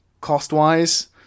cost-wise